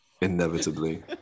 Inevitably